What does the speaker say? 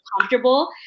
comfortable